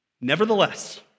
Nevertheless